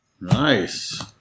Nice